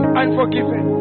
unforgiven